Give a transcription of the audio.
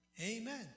Amen